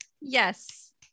Yes